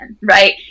right